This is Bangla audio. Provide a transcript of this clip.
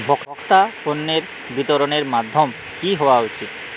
ভোক্তা পণ্যের বিতরণের মাধ্যম কী হওয়া উচিৎ?